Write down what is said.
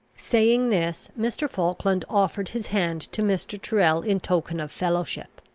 saying this, mr. falkland offered his hand to mr. tyrrel in token of fellowship.